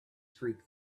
streak